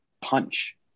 punch